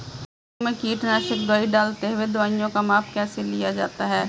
गेहूँ में कीटनाशक दवाई डालते हुऐ दवाईयों का माप कैसे लिया जाता है?